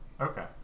Okay